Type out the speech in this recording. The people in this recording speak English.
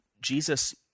Jesus